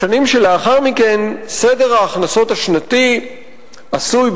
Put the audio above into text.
בשנים שלאחר מכן סדר ההכנסות השנתי עשוי,